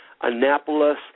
Annapolis